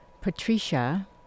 Patricia